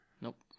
Nope